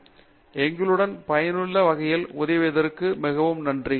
பேராசிரியர் பிரதாப் ஹரிதாஸ் எங்களுக்கு பயனுள்ள வகையில் உதவியதற்கு மிகவும் நன்றி